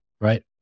Right